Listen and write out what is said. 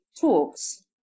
talks